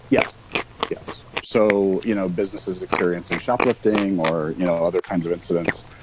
yes yes. so, you know, businesses and experiencing shoplifting or you know other kinds of incidents.